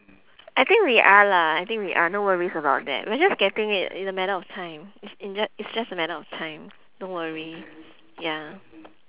I think we are lah I think we are no worries about that we are getting it in the matter of time it's in ju~ it's just a matter of time don't worry ya